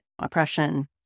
oppression